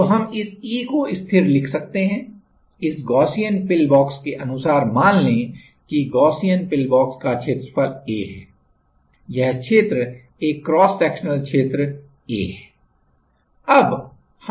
तो हम इस E को स्थिर लिख सकते हैं इस गॉसियन पिलबॉक्स केअनुसार मान लें कि गॉसियन पिलबॉक्स का क्षेत्रफल A है यह क्षेत्र एक क्रॉस सेक्शनल क्षेत्र A है